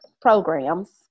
programs